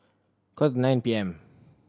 quarter nine P M